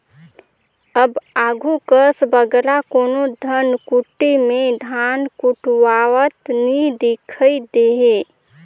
अब आघु कस बगरा कोनो धनकुट्टी में धान कुटवावत नी दिखई देहें